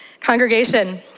Congregation